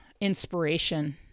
inspiration